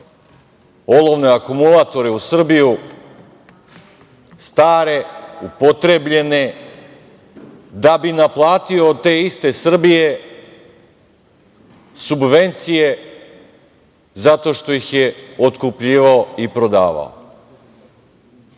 olovne akumulatore u Srbiju, stare, upotrebljene, da bi naplatio od te iste Srbije subvencije zato što ih je otkupljivao i prodavao. To